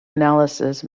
analysis